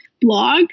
blog